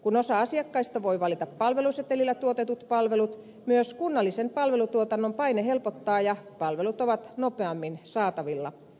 kun osa asiakkaista voi valita palvelusetelillä tuotetut palvelut myös kunnallisen palvelutuotannon paine helpottaa ja palvelut ovat nopeammin saatavilla